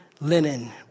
linen